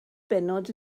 bennod